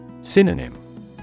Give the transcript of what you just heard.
Synonym